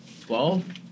twelve